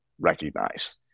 recognize